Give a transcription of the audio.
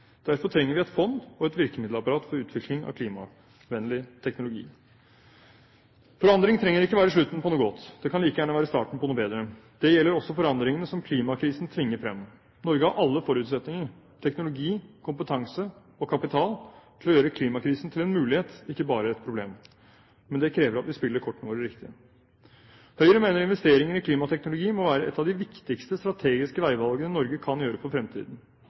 Derfor trenger vi et fond og et virkemiddelapparat for utvikling av klimavennlig teknologi. Forandring trenger ikke være slutten på noe godt. Det kan like gjerne være starten på noe bedre. Det gjelder også forandringene som klimakrisen tvinger frem. Norge har alle forutsetninger – teknologi, kompetanse og kapital – til å gjøre klimakrisen til en mulighet, ikke bare et problem. Men det krever at vi spiller kortene våre riktig. Høyre mener investeringer i klimateknologi må være et av de viktigste strategiske veivalgene Norge kan gjøre for fremtiden.